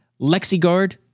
LexiGuard